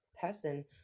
person